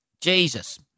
Jesus